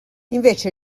invece